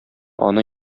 аны